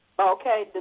Okay